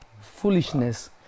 foolishness